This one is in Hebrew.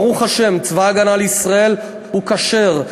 ברוך השם, בצבא הגנה לישראל, כשר.